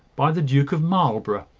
by the duke of marlborough,